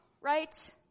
Right